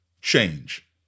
change